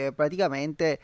praticamente